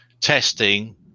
testing